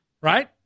right